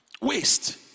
waste